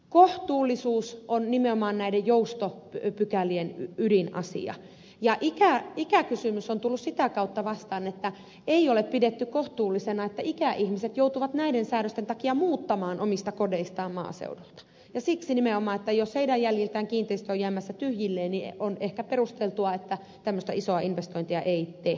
kohtuullisuus on nimenomaan näiden joustopykälien ydinasia ja ikäkysymys on tullut sitä kautta vastaan että ei ole pidetty kohtuullisena että ikäihmiset joutuvat näiden säädösten takia muuttamaan omista kodeistaan maaseudulta ja siksi nimenomaan jos heidän jäljiltään kiinteistö on jäämässä tyhjilleen on ehkä perusteltua että tämmöistä isoa investointia ei tehdä